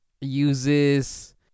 uses